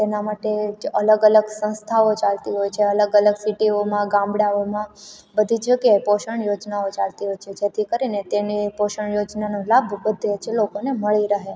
તેના માટે જે અલગ અલગ સંસ્થાઓ ચાલતી હોય છે અલગ અલગ સિટીઓમાં ગામડાઓમાં બધી જગ્યાએ પોષણ યોજનાઓ ચાલતી હોય છે જેથી કરીને તેને પોષણ યોજનાનો લાભ બધે જ લોકોને મળી રહે